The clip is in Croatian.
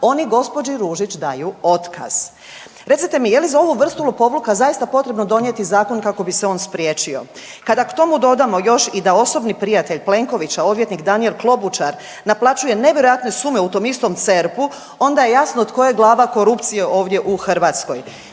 oni gospođi Ružić daju otkaz. Recite mi je li za ovu vrstu lopovluka zaista potrebno donijeti zakon kako bi se on spriječio? Kada k tomu dodamo još i da osobni prijatelj Plenkovića odvjetnik Danijel Klobučar naplaćuje nevjerojatne sume u tom istom CERP-u onda je jasno tko je glava korupcije ovdje u Hrvatskoj.